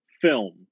film